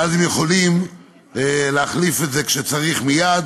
ואז הם יכולים להחליף את זה כשצריך מייד